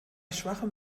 schwachem